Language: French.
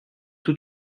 tout